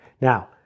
Now